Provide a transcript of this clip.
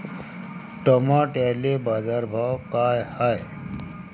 टमाट्याले बाजारभाव काय हाय?